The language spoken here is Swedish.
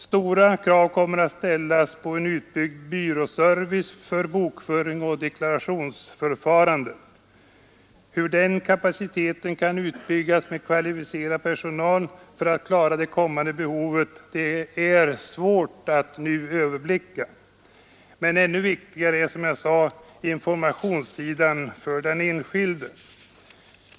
Stora krav kommer att ställas på en utbyggd byråservice för bokföringsoch deklarationsförfarande. Hur den kapaciteten kan utbyggas med kvalificerad personal för att klara det kommande behovet är svårt att nu överblicka. Men ännu viktigare är, som jag sade, informationssidan för den enskilde.